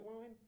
line